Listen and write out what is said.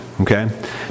okay